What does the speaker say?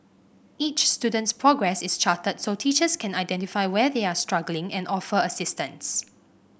each student's progress is charted so teachers can identify where they are struggling and offer assistance